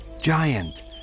Giant